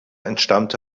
entstammte